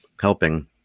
helping